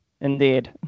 Indeed